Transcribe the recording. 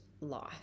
life